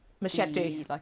Machete